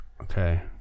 okay